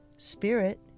Spirit